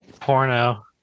Porno